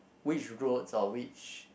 which roads or which